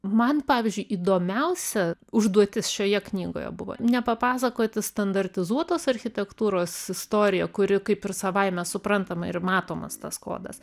man pavyzdžiui įdomiausia užduotis šioje knygoje buvo ne papasakoti standartizuotos architektūros istoriją kuri kaip ir savaime suprantama ir matomas tas kodas